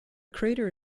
crater